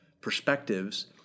perspectives